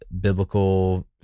biblical